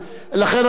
לכן אני נותן,